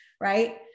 right